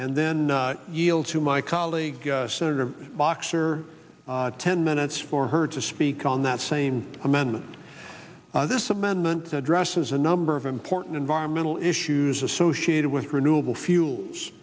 and then yield to my colleague senator boxer ten minutes for her to speak on that same amendment this amendment addresses a number of important environmental issues associated with renewable fuels